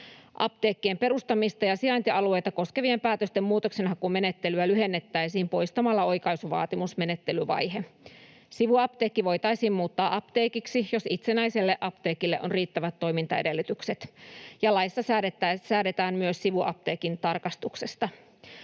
Apteekkien perustamista ja sijaintialueita koskevien päätösten muutoksenhakumenettelyä lyhennettäisiin poistamalla oikaisuvaatimusmenettelyvaihe. Sivuapteekki voitaisiin muuttaa apteekiksi, jos itsenäiselle apteekille on riittävät toimintaedellytykset. Laissa säädetään myös sivuapteekin tarkastuksesta.